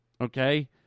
Okay